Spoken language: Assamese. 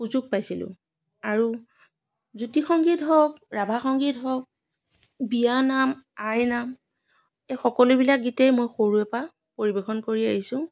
সুযোগ পাইছিলোঁ আৰু জ্যোতি সংগীত হওক ৰাভা সংগীত হওক বিয়ানাম আইনাম এই সকলোবিলাক গীতেই মই সৰুৰে পৰা পৰিৱেশন কৰি আহিছোঁ